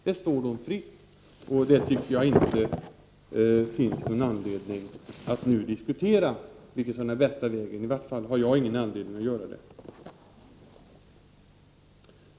Det står dem fritt, och jag tycker inte att det finns anledning att nu diskutera vilket som är bäst. I varje fall har jag ingen anledning att göra det.